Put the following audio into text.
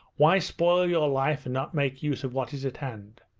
why spoil your life and not make use of what is at hand?